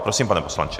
Prosím, pane poslanče.